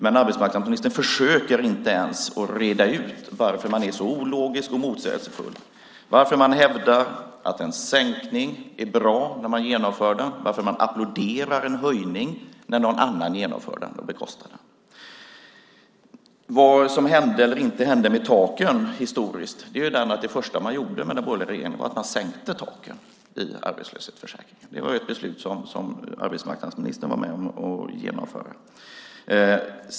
Men arbetsmarknadsministern försöker inte ens reda ut varför man är så ologisk och motsägelsefull, varför man hävdar att en sänkning är bra när man genomför den och varför man applåderar en höjning när någon annan genomför den och bekostar den. Vad som hände eller inte hände med taken historiskt - det första den borgerliga regeringen gjorde var att sänka taken i arbetslöshetsförsäkringen. Det var ett beslut som arbetsmarknadsministern var med om att genomföra.